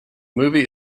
movie